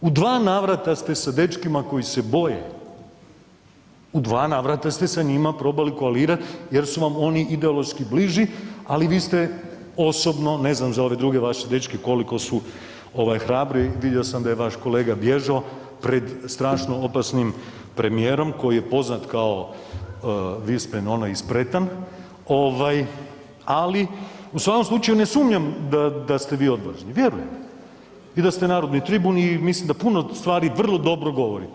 U dva navrata ste sa dečkima koji se boje, u dva navrata ste sa njima probali koalirati jer su vam oni ideološki bliži, ali vi ste osobno, ne znam za ove druge vaše dečke koliko su ovaj hrabri, vidio sam da je vaš kolega bježao pred strašno opasnim premijerom koji je poznat kao vispren ono i spretan, ali u svakom slučaju ne sumnjam da ste vi odvažni, vjerujem i da ste narodni tribun i mislim da puno stvari vrlo dobro govorite.